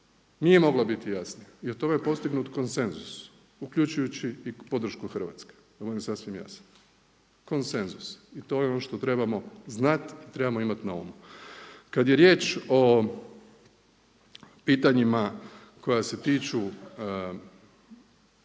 nije mogla biti jasnija i o tome je postignut konsenzus uključujući i podršku Hrvatske, da bude sasvim jasan, konsenzus i to je ono što trebamo znati i trebamo imati na umu. Kada je riječ o pitanjima koja se tiču